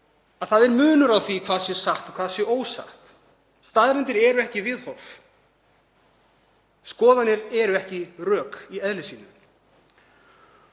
að munur er á því hvað er satt og hvað ósatt. Staðreyndir eru ekki viðhorf. Skoðanir eru ekki rök í eðli sínu.